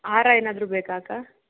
ಹಾರ ಏನಾದರೂ ಬೇಕಾ ಅಕ್ಕ